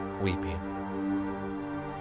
weeping